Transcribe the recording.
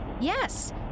Yes